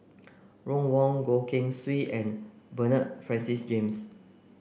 Ron Wong Goh Keng Swee and Bernard Francis James